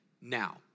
Now